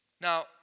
Now